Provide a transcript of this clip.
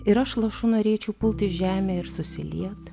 ir aš lašu norėčiau pulti žemę ir susiliet